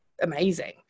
amazing